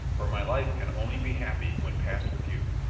for my life can only be happy when passed with you.